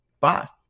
boss